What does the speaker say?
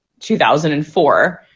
2004